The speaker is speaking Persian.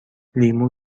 لیمو